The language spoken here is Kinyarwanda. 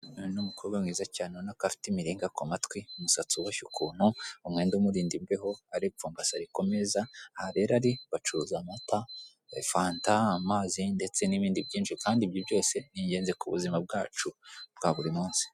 Uyu ni umukobwa mwiza cyane ubonako afite imiringa ku matwi, umusatsi uboshye ukuntu, umwenda umurinda imbeho aripfumbase ari kumeza aha rero ari bacuruza amata, fanta, amazi ndetse n'ibindi kandi ibyo byose ni ingenzi kubuzima bwacu bwa buri munsi.